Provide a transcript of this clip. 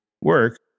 work